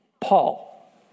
Paul